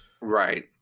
Right